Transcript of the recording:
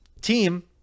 Team